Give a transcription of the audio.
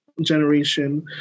generation